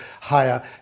higher